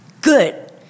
good